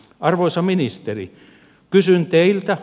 arvoisa ministeri kysyn teiltä